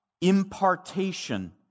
impartation